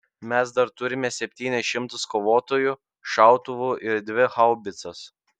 mes dar turime septynis šimtus kovotojų šautuvų ir dvi haubicas